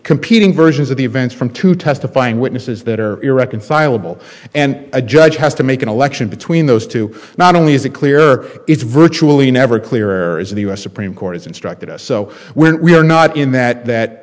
competing versions of events from two testifying witnesses that are irreconcilable and a judge has to make an election between those two not only is it clear it's virtually never clear as the u s supreme court has instructed us so we're not in that that